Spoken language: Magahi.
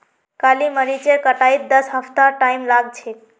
काली मरीचेर कटाईत दस हफ्तार टाइम लाग छेक